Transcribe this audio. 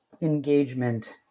engagement